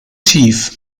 tief